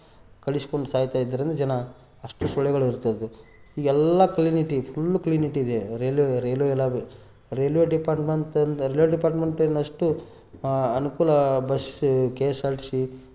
ಕಡಿಸ್ಕೊಂಡು ಸಾಯ್ತಾಯಿದ್ರು ಅಂದ್ರೆ ಜನ ಅಷ್ಟು ಸೊಳ್ಳೆಗಳು ಇರ್ತಾಯಿದ್ದವು ಈಗೆಲ್ಲ ಕ್ಲೀನೈತಿ ಫುಲ್ಲು ಕ್ಲೀನಿಟ್ಟಿದೆ ರೈಲ್ವೇ ರೈಲ್ವೇ ಇಲಾಖೆ ರೈಲ್ವೇ ಡಿಪಾರ್ಟ್ಮೆಂಟಿಂದು ರೈಲ್ವೇ ಡಿಪಾರ್ಟ್ಮೆಂಟ್ ಏನು ಅಷ್ಟು ಅನುಕೂಲ bus K S R T C